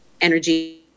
energy